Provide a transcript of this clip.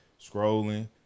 scrolling